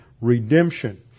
redemption